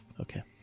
Okay